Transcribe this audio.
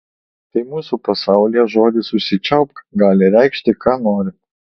tai mūsų pasaulyje žodis užsičiaupk gali reikšti ką nori